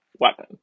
weapon